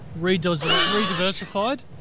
Rediversified